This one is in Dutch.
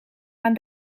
aan